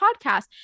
podcast